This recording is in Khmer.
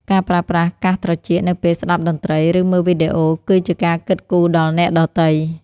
ការប្រើប្រាស់កាសត្រចៀកនៅពេលស្តាប់តន្ត្រី ឬមើលវីដេអូ គឺជាការគិតគូរដល់អ្នកដទៃ។